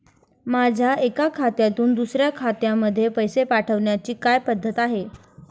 माझ्या एका खात्यातून दुसऱ्या खात्यामध्ये पैसे पाठवण्याची काय पद्धत आहे?